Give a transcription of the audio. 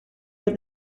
for